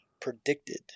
predicted